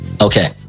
Okay